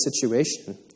situation